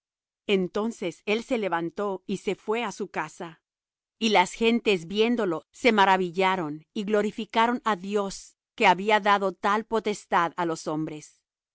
entonces él se levantó y se fué á su casa y las gentes viéndolo se maravillaron y glorificaron á dios que había dado tal potestad á los hombres